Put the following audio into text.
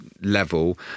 level